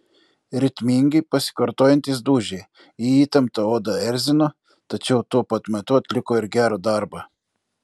ritmingi pasikartojantys dūžiai į įtemptą odą erzino tačiau tuo pat metu atliko ir gerą darbą